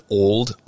old